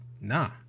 nah